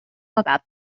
about